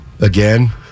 again